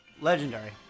legendary